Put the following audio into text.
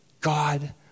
God